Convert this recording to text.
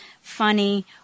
funny